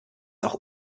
auch